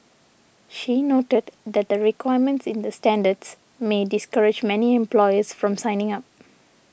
she noted that the requirements in the standards may discourage many employers from signing up